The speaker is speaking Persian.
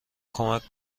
کمک